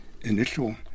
initial